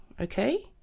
okay